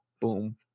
Boom